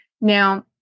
Now